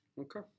Okay